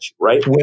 right